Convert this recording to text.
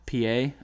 PA